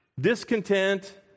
discontent